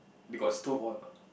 you got stove on or not